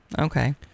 Okay